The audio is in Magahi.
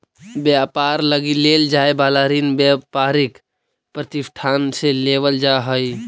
व्यापार लगी लेल जाए वाला ऋण व्यापारिक प्रतिष्ठान से लेवल जा हई